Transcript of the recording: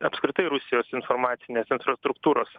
apskritai rusijos informacinės infrastruktūros